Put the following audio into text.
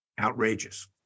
Outrageous